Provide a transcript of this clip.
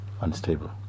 unstable